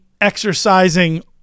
exercising